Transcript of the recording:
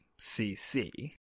CC